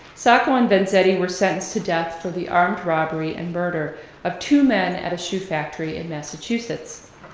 sacco and vanzetti were sentenced to death for the armed robbery and murder of two men at a shoe factory in massachusetts.